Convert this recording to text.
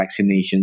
vaccinations